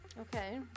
Okay